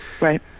Right